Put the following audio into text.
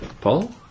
Paul